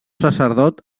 sacerdot